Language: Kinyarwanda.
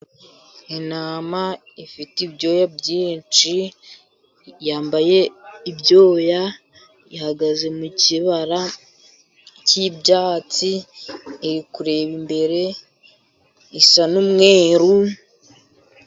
Intama ifite ibyoya byinshi, yambaye ibyoya ihagaze mu kibara cy'ibyatsi. Iri kureba imbere isa n'umweru.